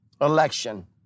election